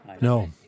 No